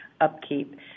upkeep